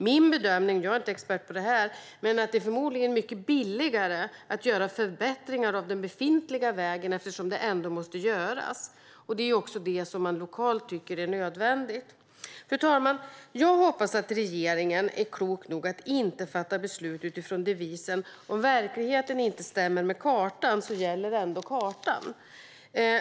Min bedömning - jag är dock inte expert på det här - är att det förmodligen är mycket billigare att göra förbättringar av den befintliga vägen, eftersom sådana måste göras ändå. Det är också det som man lokalt tycker är nödvändigt. Fru talman! Jag hoppas att regeringen är klok nog att inte fatta beslut utifrån devisen "om verkligheten inte stämmer med kartan gäller ändå kartan".